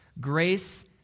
Grace